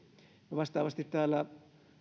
vastaavasti täällä